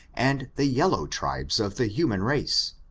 and the yellow tribes of the human race,